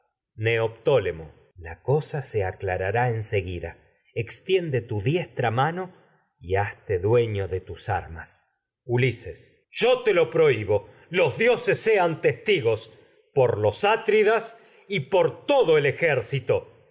tiende tu la cosa se aclarará en seguida ex diestra mano y hazte dueño de tus armas ulises yo te lo prohibo los dioses sean testigos por los atridas y por todo el ejército